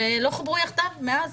ולא חוברו יחדיו מאז.